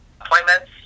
appointments